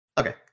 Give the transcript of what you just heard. Okay